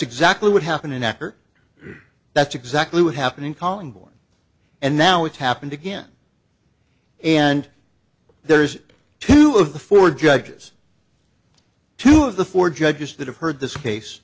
exactly what happened in acar that's exactly what happened in calling born and now it's happened again and there's two of the four judges two of the four judges that have heard this case